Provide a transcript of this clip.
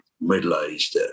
middle-aged